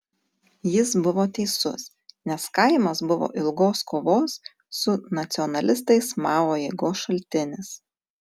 jis buvo teisus nes kaimas buvo ilgos kovos su nacionalistais mao jėgos šaltinis